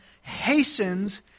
hastens